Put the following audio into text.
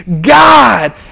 God